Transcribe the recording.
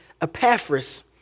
Epaphras